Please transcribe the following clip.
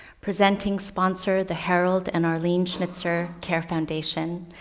presenting sponsor the harold and arlene schnitzer care foundation,